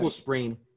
sprain